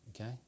okay